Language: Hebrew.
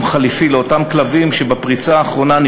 חלופי לאותם כלבים שנשארו בפריצה האחרונה,